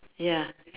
ya